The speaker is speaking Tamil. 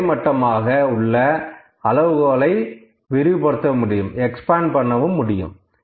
கிடைமட்டமாக உள்ள அளவுகோலை விரிவுபடுத்த முடியும்